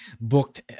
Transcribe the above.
booked